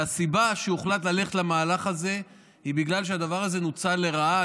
והסיבה שהוחלט ללכת למהלך הזה היא שהדבר הזה נוצל לרעה.